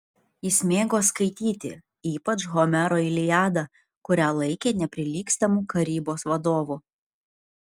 jis mėgo skaityti ypač homero iliadą kurią laikė neprilygstamu karybos vadovu